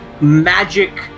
magic